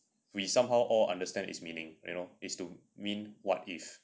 we somehow all understand its meaning you know it is to mean what if